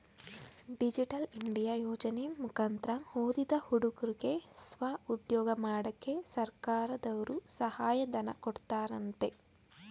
digital India ಯೋಜನೆ ಮುಕಂತ್ರ ಓದಿದ ಹುಡುಗುರ್ಗೆ ಸ್ವಉದ್ಯೋಗ ಮಾಡಕ್ಕೆ ಸರ್ಕಾರದರ್ರು ಸಹಾಯ ಧನ ಕೊಡ್ತಾರಂತೆ